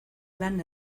lan